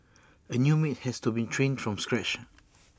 A new maid has to be trained from scratch